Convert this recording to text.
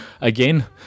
again